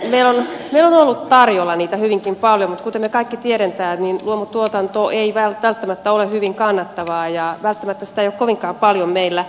meillä on ollut luomutuotteita tarjolla hyvinkin paljon mutta kuten me kaikki tiedämme luomutuotanto ei välttämättä ole hyvin kannattavaa ja välttämättä sitä ei ole kovinkaan paljon meillä tutkittu